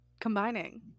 combining